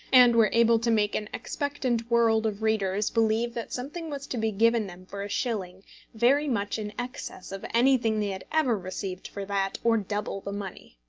and were able to make an expectant world of readers believe that something was to be given them for a shilling very much in excess of anything they had ever received for that or double the money.